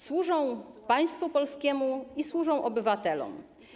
Służą państwu polskiemu i służą obywatelom.